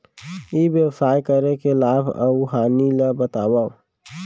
ई व्यवसाय करे के लाभ अऊ हानि ला बतावव?